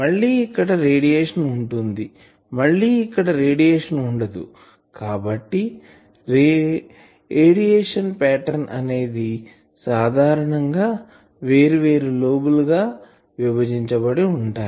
మళ్ళి ఇక్కడ రేడియేషన్ ఉంటుందిమళ్ళి ఇక్కడ రేడియేషన్ ఉండదు కాబట్టి రేడియేషన్ పాటర్న్ అనేది సాధారణం గా వేర్వేరు లోబ్ ల గా విభజించబడి ఉంటాయి